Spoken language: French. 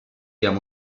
guerre